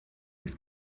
ist